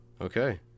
Okay